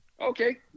Okay